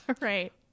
Right